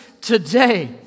today